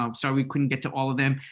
um sorry we couldn't get to all of them.